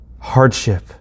hardship